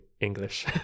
English